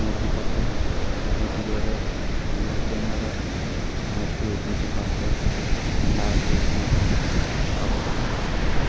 നൂറ്റിപത്ത് ഇരുന്നൂറ്റി ഇരുപത് അഞ്ഞൂറ്റി അൻപത് ആയിരത്തി ഒരുന്നൂറ്റി പത്ത് രണ്ടായിരത്തി ഒരുന്നൂറ്റി അറുപത്